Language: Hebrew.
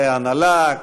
חברי ההנהלה,